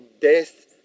death